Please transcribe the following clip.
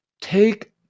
take